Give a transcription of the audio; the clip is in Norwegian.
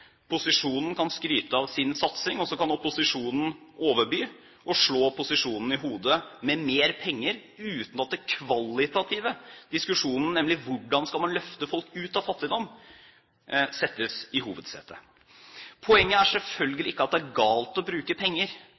Posisjonen kan skryte av sin satsing, og så kan opposisjonen overby og slå posisjonen i hodet med mer penger, uten at den kvalitative diskusjonen – nemlig hvordan man skal løfte folk ut av fattigdom – settes i hovedsetet. Poenget er selvfølgelig ikke at det er galt å bruke penger.